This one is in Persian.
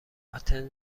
آتن